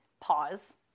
Pause